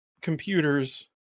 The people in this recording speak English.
computers